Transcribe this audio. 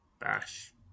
bash